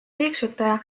piiksutaja